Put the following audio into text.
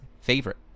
favorite